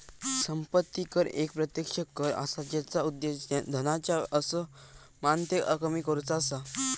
संपत्ती कर एक प्रत्यक्ष कर असा जेचा उद्देश धनाच्या असमानतेक कमी करुचा असा